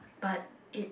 but it